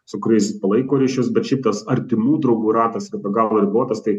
su kuriais palaiko ryšius bet šiaip tas artimų draugų ratas be galo ribotas tai